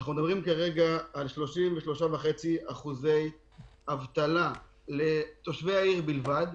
אנחנו מדברים כרגע על 33.5% אבטלה בקרב תושבי העיר בלבד.